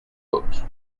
books